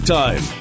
time